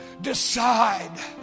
decide